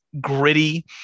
gritty